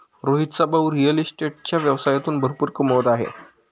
रोहितचा भाऊ रिअल इस्टेटच्या व्यवसायातून भरपूर कमवत आहे